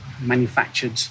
manufactured